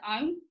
own